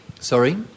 Sorry